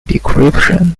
decryption